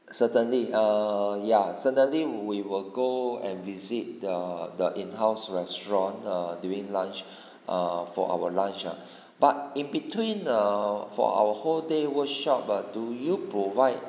certainly err ya certainly we will go and visit the the in house restaurant err during lunch err for our lunch ah but in between err for our whole day workshop ah do you provide